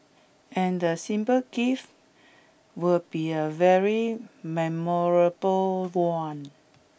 and the simple gift will be a very memorable one